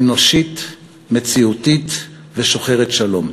אנושית, מציאותית ושוחרת שלום.